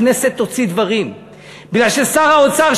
הכנסת תוציא דברים בגלל ששר האוצר,